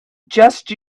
just